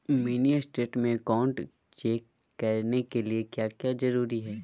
Mini state में account check करने के लिए क्या क्या जरूरी है?